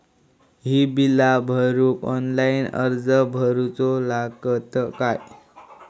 ही बीला भरूक ऑनलाइन अर्ज करूचो लागत काय?